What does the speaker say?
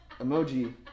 Emoji